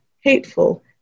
hateful